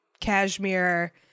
cashmere